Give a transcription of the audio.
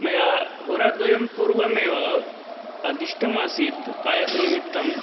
मया होराद्वयं पूर्वमेव आदिष्टमासीत् पायसनिमित्तम्